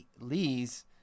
Lee's